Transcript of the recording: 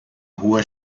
rua